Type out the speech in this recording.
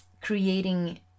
creating